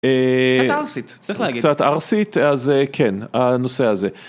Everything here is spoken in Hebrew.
קצת ערסית, צריך להגיד. קצת ערסית, אז כן, הנושא הזה.